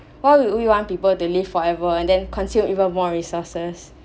why would you want people to live forever and then consume even more resources